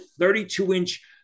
32-inch